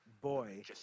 boy